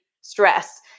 stress